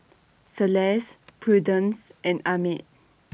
Celeste Prudence and Ahmed